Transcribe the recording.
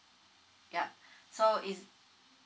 ya so is